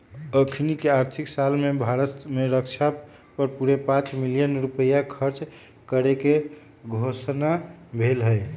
अखनीके आर्थिक साल में भारत में रक्षा पर पूरे पांच बिलियन रुपइया खर्चा करेके घोषणा भेल हई